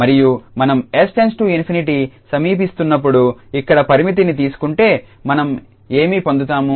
మరియు మనం𝑠 →∞ సమీపిస్తున్నప్పుడు ఇక్కడ పరిమితిని తీసుకుంటే మనం ఏమి పొందుతాము